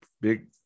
big